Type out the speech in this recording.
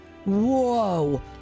Whoa